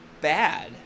bad